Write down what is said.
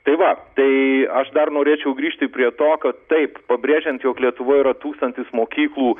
tai va tai aš dar norėčiau grįžti prie to kad taip pabrėžiant jog lietuvoj yra tūkstantis mokyklų